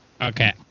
Okay